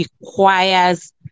requires